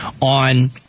on